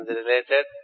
related